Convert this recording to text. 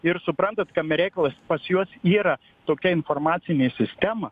ir suprantat kame reikalas pas juos yra tokia informacinė sistema